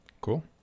Cool